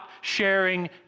sharing